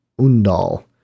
Undal